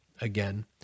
again